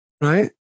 right